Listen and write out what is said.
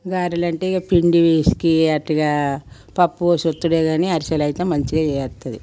గారెలంటే ఇంక పిండి పిసికి అటుగా పప్పు పోసి వొత్తుడే కానీ అరిసెలు అయితే మంచిగా జేయత్తది